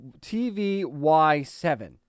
TVY7